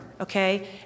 okay